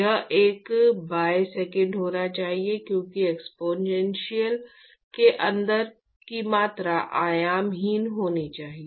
यह एक by second होना चाहिए क्योंकि एक्सपोनेंशियल के अंदर की मात्रा आयामहीन होनी चाहिए